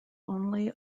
only